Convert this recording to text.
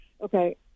Okay